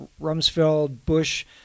Rumsfeld-Bush